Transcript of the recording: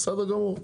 בסדר גמור,